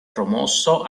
promosso